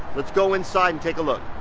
let's go inside and take a look.